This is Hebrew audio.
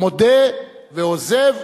מודה ועוזב,